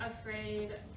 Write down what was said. afraid